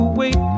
wait